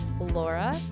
Laura